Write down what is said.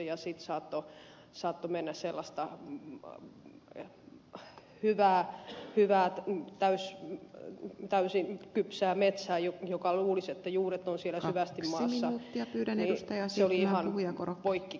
ja sitten saattoi mennä sellaista hyvää täysin kypsää metsää josta luulisi että juuret olisivat syvästi siellä maassa mutta puusto oli ihan poikki keskeltä